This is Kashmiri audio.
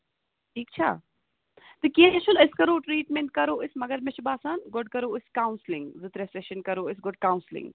ٹھیٖک چھا تہٕ کیٚنٛہہ چھُنہٕ أسۍ کرو ٹریٖمینٹ کرو أسۍ مَگر مےٚ چھُ باسان گۄڈٕ کرو أسۍ کونسِلِنگ زٕ ترٛےٚ سیٚشَن کرو أسۍ گۄڈٕ کونسِلنگ